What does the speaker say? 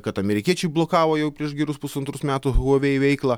kad amerikiečiai blokavo jau prieš gerus pusantrus metų huavei veiklą